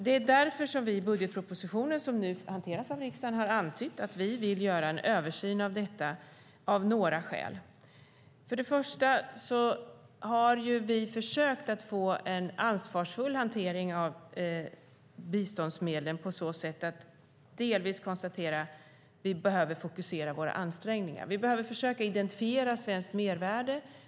Det är därför som vi i budgetpropositionen, som nu hanteras av riksdagen, har antytt att vi vill göra en översyn av detta av några skäl. Först och främst har vi försökt att få en ansvarsfull hantering av biståndsmedlen på så sätt att vi konstaterar att vi behöver fokusera våra ansträngningar. Vi behöver försöka identifiera svenskt mervärde.